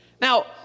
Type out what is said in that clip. Now